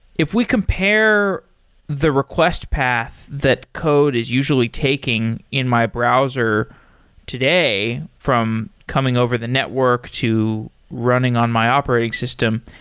if we compare the request path that code is usually taking in my browser today from coming over the network to running on my operating system,